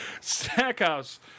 Stackhouse